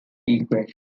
equation